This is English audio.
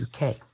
UK